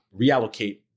reallocate